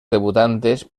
debutantes